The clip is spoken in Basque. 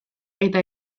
eta